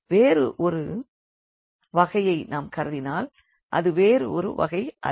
வேறு ஒரு வகையை நாம் கருதினால் அது வேறு ஒரு வகை அல்ல